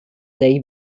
they